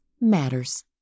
matters